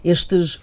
Estes